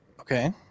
Okay